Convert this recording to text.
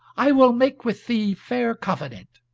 i will make with thee fair covenant.